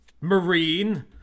marine